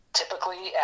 typically